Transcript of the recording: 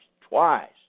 twice